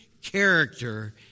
character